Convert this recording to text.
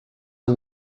are